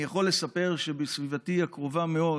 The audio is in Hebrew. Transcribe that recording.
אני יכול לספר שבסביבתי הקרובה מאוד